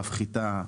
מפחיתה,